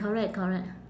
correct correct